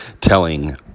telling